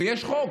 ויש חוק.